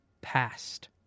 passed